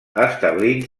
establint